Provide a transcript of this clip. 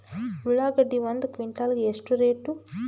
ಉಳ್ಳಾಗಡ್ಡಿ ಒಂದು ಕ್ವಿಂಟಾಲ್ ಗೆ ಎಷ್ಟು ರೇಟು?